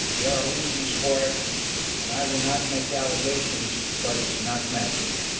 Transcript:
there are reasons for it and i will not make allegations but it's not magic.